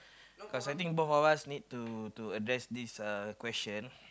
cause I think both of us need to to address this uh question